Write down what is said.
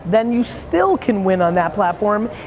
then you still can win on that platform,